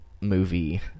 movie